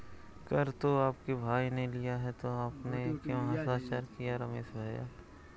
कर तो आपके भाई ने लिया है तो आपने क्यों हस्ताक्षर किए रमेश भैया?